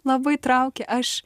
labai traukia aš